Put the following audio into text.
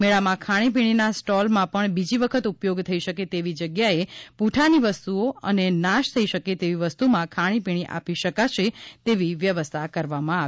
મેળામાં ખાણી પીણીના સ્ટોલમાં પણ બીજી વખત ઉપયોગ થઇ શકે તેવી જગ્યાએ પૂંઠાની વસ્તુઓ અને નાશ થઇ શકે તેવી વસ્તુમાં ખાણીપીણી આપી શકાશે તેવી વ્યવસ્થા કરવામાં આવી છે